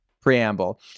preamble